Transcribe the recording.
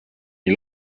nii